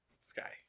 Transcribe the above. sky